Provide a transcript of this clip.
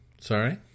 Sorry